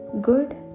good